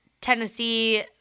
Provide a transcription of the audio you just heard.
Tennessee